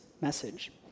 message